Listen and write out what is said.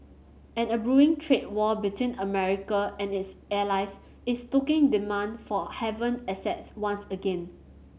and a brewing trade war between America and its allies is stoking demand for haven assets once again